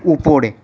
উপরে